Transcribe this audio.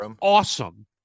awesome